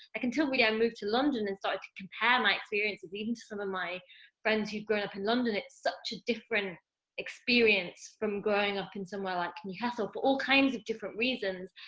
like until really i moved to london and started to compare my experiences, even to some of my friends who've grown up in london, it's such a different experience from growing up in somewhere like, newcastle, for all kinds of different reasons.